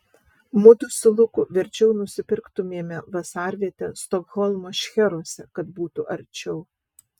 mudu su luku verčiau nusipirktumėme vasarvietę stokholmo šcheruose kad būtų arčiau